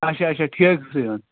اچھا اچھا ٹھیکسٕے